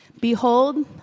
Behold